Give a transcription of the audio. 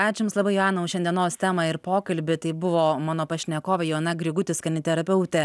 ačiū jums labai joana už šiandienos temą ir pokalbį tai buvo mano pašnekovė joana grigutis kaniterapeutė